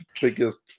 biggest